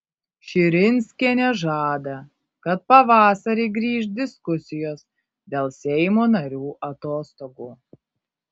širinskienė žada kad pavasarį grįš diskusijos dėl seimo narių atostogų